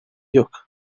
yok